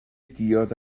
diod